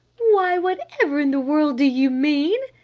why, whatever in the world do you mean?